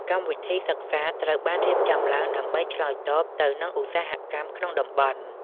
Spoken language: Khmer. កម្មវិធីសិក្សាត្រូវបានរៀបចំឡើងដើម្បីឆ្លើយតបទៅនឹងឧស្សាហកម្មក្នុងតំបន់។